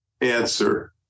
answer